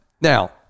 Now